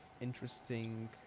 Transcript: interesting